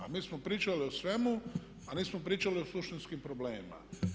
A mi smo pričali o svemu ali nismo pričali o suštinskim problemima.